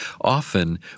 Often